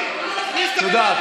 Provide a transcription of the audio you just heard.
תודה.